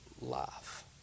life